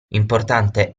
importante